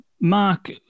Mark